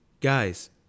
Guys